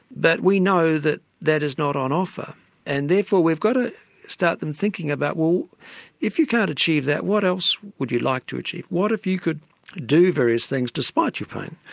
we know that that is not on offer and therefore we've got to start them thinking about well if you can't achieve that what else would you like to achieve? what if you could do various things despite your pain?